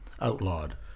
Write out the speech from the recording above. Outlawed